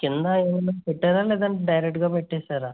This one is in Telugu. కింద ఏమన్నా పెట్టరా లేదంటే డైరెక్టుగా పెట్టేశారా